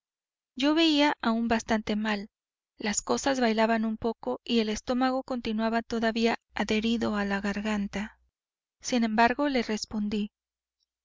yo veía aún bastante mal las cosas bailaban un poco y el estómago continuaba todavía adherido a la garganta sin embargo le respondí